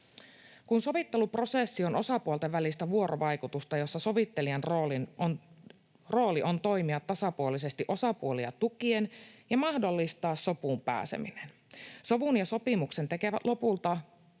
Kun sovitteluprosessi on osapuolten välistä vuorovaikutusta, jossa sovittelijan rooli on toimia tasapuolisesti osapuolia tukien ja mahdollistaa sopuun pääseminen, sovun ja sopimuksen tekevät lopulta